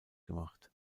gemacht